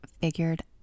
figured